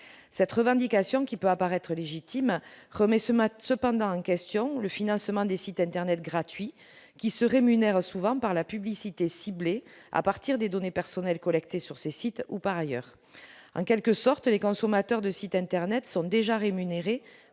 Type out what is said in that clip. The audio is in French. cette revendication qui peut apparaître légitime remet ce matin cependant une question : le financement des sites internet gratuit qui se rémunèrent souvent par la publicité ciblée à partir des données personnelles collectées sur ces sites, où par ailleurs en quelque sorte les consommateurs de sites Internet sont déjà rémunérés